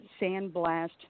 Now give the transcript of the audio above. sandblast